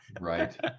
Right